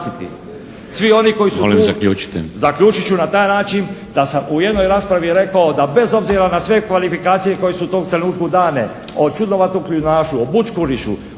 **Roić, Luka (HSS)** Zaključit ću na taj način da sam u jednoj raspravi rekao da bez obzira na sve kvalifikacije koje su u tom trenutku dane o čudnovatom kljunašu, o bučkurišu,